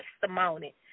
testimony